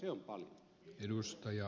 arvoisa puhemies